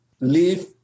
leave